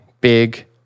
big